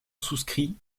souscrit